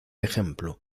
ejemplo